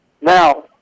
Now